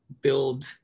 build